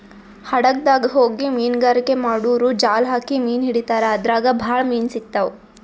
ಹಡಗ್ದಾಗ್ ಹೋಗಿ ಮೀನ್ಗಾರಿಕೆ ಮಾಡೂರು ಜಾಲ್ ಹಾಕಿ ಮೀನ್ ಹಿಡಿತಾರ್ ಅದ್ರಾಗ್ ಭಾಳ್ ಮೀನ್ ಸಿಗ್ತಾವ್